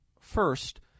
First